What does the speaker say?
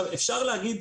אפשר להגיד,